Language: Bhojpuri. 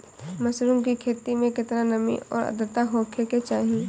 मशरूम की खेती में केतना नमी और आद्रता होखे के चाही?